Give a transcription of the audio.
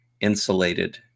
insulated